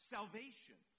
Salvation